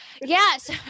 Yes